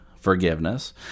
forgiveness